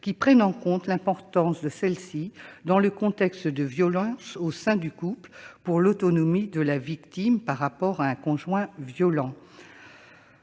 qui prenne en compte l'importance de celle-ci, dans le contexte de violences au sein du couple, pour l'autonomie de la victime par rapport à un conjoint violent.